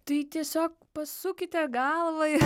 tai tiesiog pasukite galvą